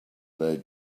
they